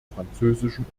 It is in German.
französischen